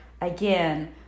again